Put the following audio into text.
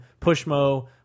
Pushmo